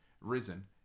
risen